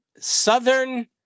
Southern